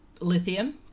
Lithium